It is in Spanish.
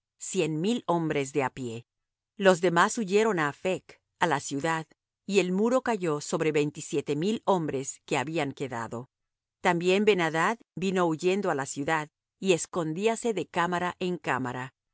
cien mil hombres de á pie los demás huyeron á aphec á la ciudad y el muro cayó sobre veinte y siete mil hombres que habían quedado también ben adad vino huyendo á la ciudad y escondíase de cámara en cámara